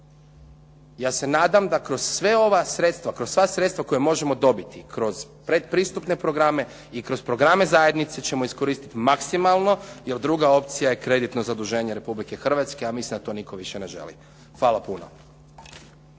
Ja se nadam da kroz sva ova sredstva, kroz sva sredstva koja možemo dobiti, kroz predpristupne programe i kroz programe zajednice ćemo iskoristiti maksimalno jer druga opcija je kreditno zaduženje Republike Hrvatske a mislim da to nitko više ne želi. Hvala puno.